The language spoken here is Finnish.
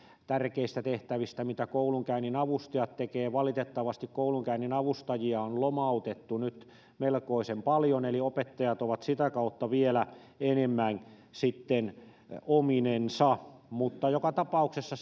tärkeistä tehtävistä mitä koulunkäynninavustajat tekevät valitettavasti koulunkäynninavustajia on lomautettu nyt melkoisen paljon eli opettajat ovat sitten sitä kautta vielä enemmän ominensa mutta joka tapauksessa